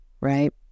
right